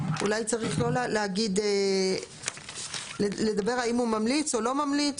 אולי לא צריך לדבר האם הוא ממליץ או לא ממליץ.